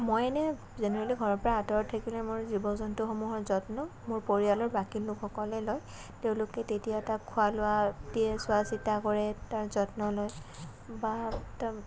মই এনে জেনেৰেলি ঘৰৰ পৰা আঁতৰত থাকিলে মোৰ জীৱ জন্তুসমূহৰ যত্ন মোৰ পৰিয়ালৰ বাকী লোকসকলে লয় তেওঁলোকে তেতিয়া তাক খোৱা লোৱা দিয়ে চোৱাচিতা কৰে তাৰ যত্ন লয় বা